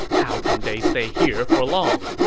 how can they stay here for long?